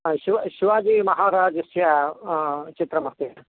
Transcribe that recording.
शिवाजीमहाराजस्य चित्रमस्ति